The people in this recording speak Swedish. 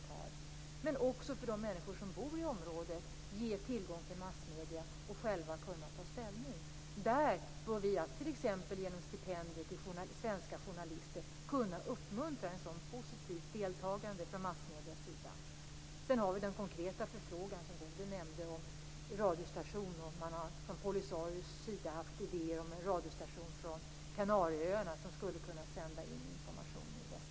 Men det gäller också att ge de människor som bor i området tillgång till massmedier så att de själva skall kunna ta ställning. Där bör vi genom t.ex. stipendier till svenska journalister kunna uppmuntra ett sådant positivt deltagande från massmediernas sida. Sedan har vi den konkreta förfrågan som Bodil Francke Ohlsson nämnde om radiostationer. Man har från Polisarios sida haft idéer om en radiostation på Kanarieöarna som skulle kunna sända in information till Västsahara.